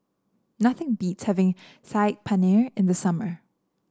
nothing beats having Saag Paneer in the summer